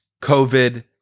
COVID